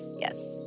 Yes